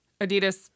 Adidas